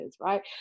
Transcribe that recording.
right